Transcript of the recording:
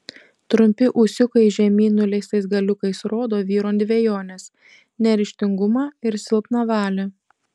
trumpi ūsiukai žemyn nuleistais galiukais rodo vyro dvejones neryžtingumą ir silpną valią